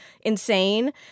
insane